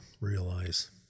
realize